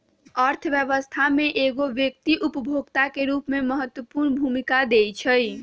अर्थव्यवस्था में एगो व्यक्ति उपभोक्ता के रूप में महत्वपूर्ण भूमिका दैइ छइ